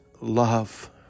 love